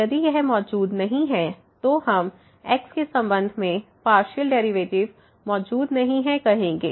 यदि यह मौजूद नहीं है तो हम x के संबंध में पार्शियल डेरिवेटिव मौजूद नहीं है कहेंगे